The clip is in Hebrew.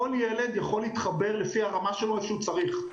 כל ילד יכול להתחבר לפי הרמה שלו איפה שהוא צריך.